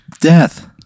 death